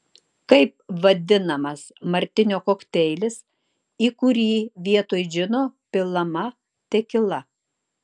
kaip vadinamas martinio kokteilis į kurį vietoj džino pilama tekila